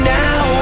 now